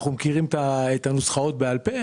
אנחנו מכירים את הנוסחאות בעל פה.